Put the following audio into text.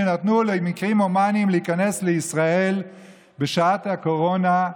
שנתנו למקרים הומניים להיכנס לישראל בשעת הקורונה,